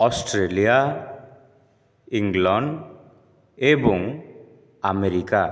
Australia England ଏବଂ America